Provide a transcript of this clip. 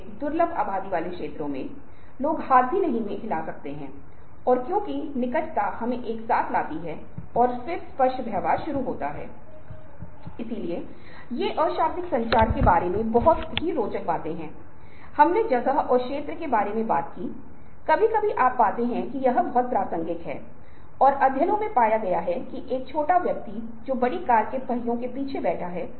इसलिए प्रतीकात्मक क्योंकि यह भाषा के माध्यम से होता है यह छवियों के माध्यम से होता है यह समझाने के लिए कि ठोस को समझाने की आवश्यकता नहीं है क्योंकि अनुनय का मतलब है कि एक दृष्टिकोण को संशोधित किया गया है